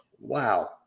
wow